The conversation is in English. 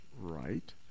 right